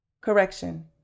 correction